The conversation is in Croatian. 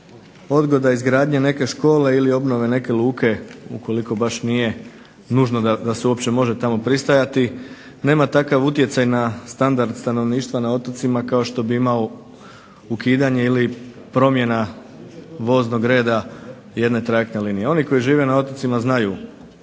odgoda izgradnje neke škole ili obnove neke luke ukoliko baš nije nužno da se uopće može tamo pristajati nema takav utjecaj na standard stanovništva na otocima kao što bi imalo ukidanje ili promjena voznog reda jedne trajektne linije. Oni koji žive na otocima znaju